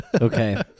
Okay